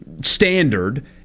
standard